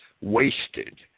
wasted